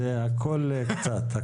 זה הכול קצת.